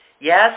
Yes